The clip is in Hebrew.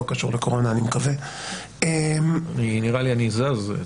לא קשור לקורונה אני מקווה --- נראה לי שאני זז.